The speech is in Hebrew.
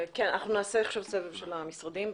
נעשה עכשיו סבב של המשרדים.